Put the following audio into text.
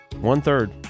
One-third